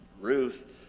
Ruth